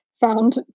found